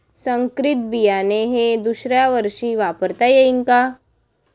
संकरीत बियाणे हे दुसऱ्यावर्षी वापरता येईन का?